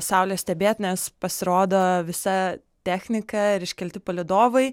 saulę stebėt nes pasirodo visa technika ir iškelti palydovai